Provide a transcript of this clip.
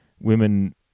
women